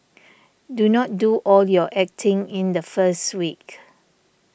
do not do all your acting in the first week